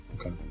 Okay